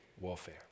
warfare